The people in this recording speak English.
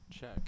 check